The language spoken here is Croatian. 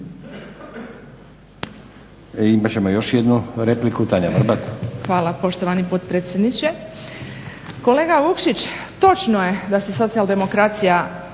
Vrbat. **Vrbat Grgić, Tanja (SDP)** Hvala poštovani potpredsjedniče. Kolega Vukšić, točno je da se socijaldemokracija